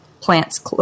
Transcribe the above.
plants